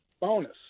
bonus